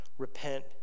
Repent